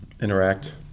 interact